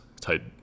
type